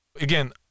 again